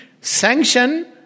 sanction